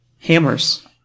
Hammers